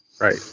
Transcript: Right